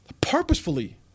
purposefully